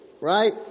right